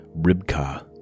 Ribka